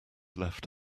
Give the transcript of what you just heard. left